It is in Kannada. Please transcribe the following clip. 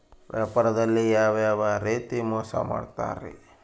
ವ್ಯಾಪಾರದಲ್ಲಿ ಯಾವ್ಯಾವ ರೇತಿ ಮೋಸ ಮಾಡ್ತಾರ್ರಿ?